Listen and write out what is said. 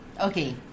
Okay